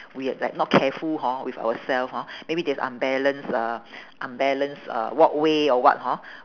we like not careful hor with ourselves hor maybe there's unbalance uh unbalance uh walkway or what hor